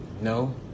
No